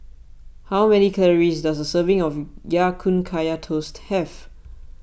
how many calories does a serving of Ya Kun Kaya Toast have